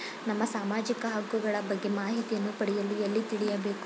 ನಮ್ಮ ಸಾಮಾಜಿಕ ಹಕ್ಕುಗಳ ಬಗ್ಗೆ ಮಾಹಿತಿಯನ್ನು ಪಡೆಯಲು ಎಲ್ಲಿ ತಿಳಿಯಬೇಕು?